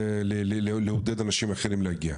לעודד אנשים אחרים להגיע.